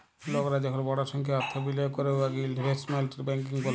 লকরা যখল বড় সংখ্যায় অথ্থ বিলিয়গ ক্যরে উয়াকে ইলভেস্টমেল্ট ব্যাংকিং ব্যলে